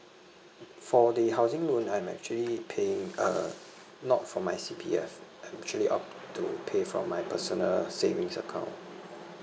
for the housing loan I'm actually paying uh not from my C_P_F I'm actually opt to pay from my personal savings account